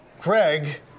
Craig